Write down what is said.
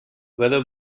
whether